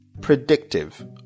Predictive